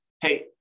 hey